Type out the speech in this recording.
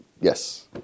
Yes